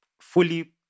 fully